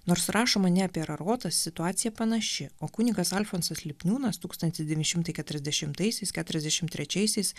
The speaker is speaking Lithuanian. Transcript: nors rašoma ne apie rarotas situacija panaši o kunigas alfonsas lipniūnas tūkstantis devyni šimtai keturiasdešimtaisiais keturiasdešim trečiaisiais